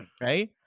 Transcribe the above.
right